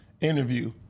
Interview